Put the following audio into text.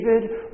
David